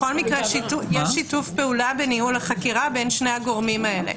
בכל מקרה יש שיתוף פעולה בניהול החקירה בין שני הגורמים האלה.